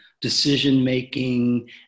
decision-making